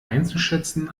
einzuschätzen